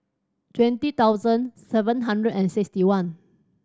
twenty thousand seven hundred and sixty one